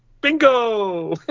bingo